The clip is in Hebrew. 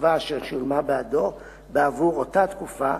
הקצבה אשר שולמה בעדו בעבור אותה תקופה,